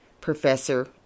Professor